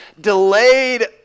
delayed